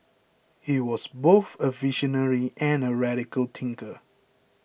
he was both a visionary and a radical thinker